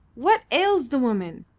what ails the woman!